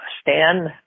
stand